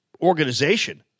organization